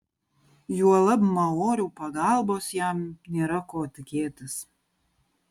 juolab maorių pagalbos jam nėra ko tikėtis